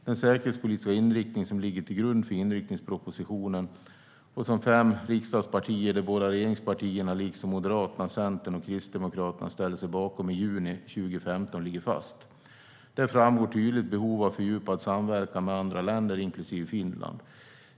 Den säkerhetspolitiska inriktning som ligger till grund för inriktningspropositionen och som fem riksdagspartier - de båda regeringspartierna, liksom Moderaterna, Centerpartiet och Kristdemokraterna - ställde sig bakom i juni 2015, ligger fast. Där framgår tydligt behov av fördjupad samverkan med andra länder, inklusive Finland.